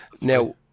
now